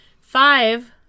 five